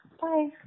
Bye